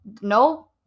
no